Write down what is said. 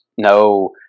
No